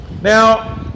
Now